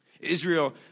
Israel